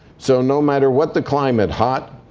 so no matter what the climate, hot,